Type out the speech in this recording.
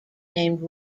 named